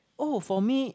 oh for me